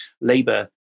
Labour